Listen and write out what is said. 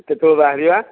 କେତେବେଳୁ ବାହାରିବା